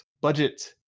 Budget